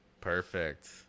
perfect